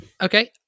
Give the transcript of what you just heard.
Okay